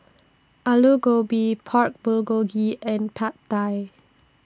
Alu Gobi Pork Bulgogi and Pad Thai